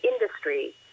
industry